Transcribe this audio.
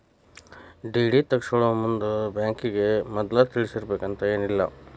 DD ತಗ್ಸ್ಕೊಳೊಮುಂದ್ ಬ್ಯಾಂಕಿಗೆ ಮದ್ಲ ತಿಳಿಸಿರ್ಬೆಕಂತೇನಿಲ್ಲಾ